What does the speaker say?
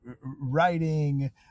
writing